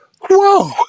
whoa